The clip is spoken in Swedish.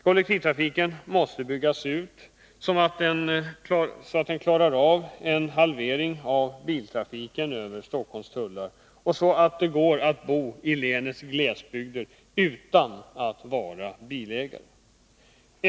Kollektivtrafiken måste byggas ut så, att den klarar av en halvering av biltrafiken över Stockholms tullar och så, att det går att bo i länets glesbygder utan att vara bilägare.